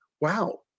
Wow